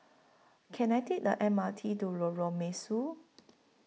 Can I Take The M R T to Lorong Mesu